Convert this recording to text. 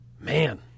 man